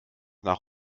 nach